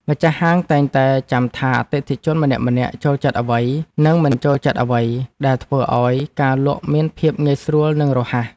ម្ចាស់ហាងតែងតែចាំថាអតិថិជនម្នាក់ៗចូលចិត្តអ្វី និងមិនចូលចិត្តអ្វី ដែលធ្វើឱ្យការលក់មានភាពងាយស្រួលនិងរហ័ស។